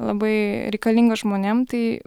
labai reikalinga žmonėm tai